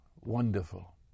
wonderful